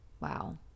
Wow